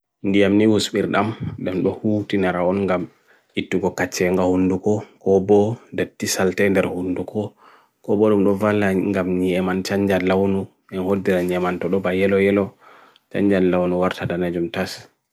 ndiam ni wuswirdam, dham bo hukti nara on gam, itu ko kachienga on duko, ko bo deti saltender on duko, ko bo rumbu van lanyi e man chanjad la onu, e ho dderan jemant to do ba yelo yelo chanjad la onu war sadana jom tas.